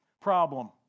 problem